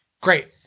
Great